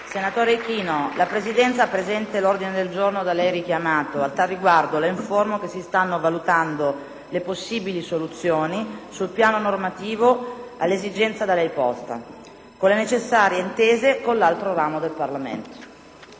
Senatore Ichino, la Presidenza ha presente l'ordine del giorno da lei richiamato. A tale riguardo, la informo che si stanno valutando le possibili soluzioni, sul piano normativo, all'esigenza da lei posta con le necessarie intese con l'altro ramo del Parlamento.